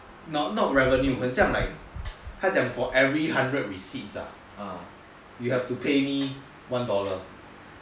not revenue 很像 like for every hundred receipts ah you have to pay me one dollar